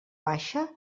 baixa